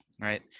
Right